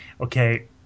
okay